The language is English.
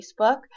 Facebook